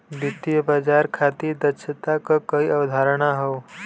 वित्तीय बाजार खातिर दक्षता क कई अवधारणा हौ